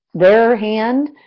their hand,